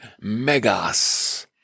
megas